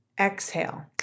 Exhale